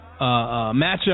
matchup